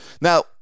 Now